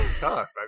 tough